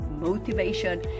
motivation